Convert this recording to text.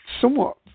somewhat